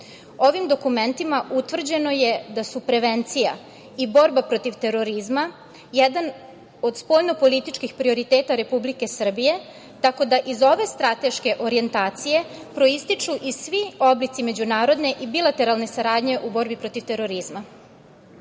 Ovim dokumentima utvrđeno je da su prevencija i borba protiv terorizma jedan od spoljno političkih prioriteta Republike Srbije, tako da iz ove strateške orjentacije proističu i svi oblici međunarodne i bilateralne saradnje u borbi protiv terorizma. Jedan